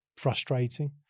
frustrating